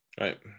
Right